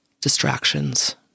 distractions